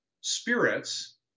spirits